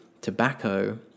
tobacco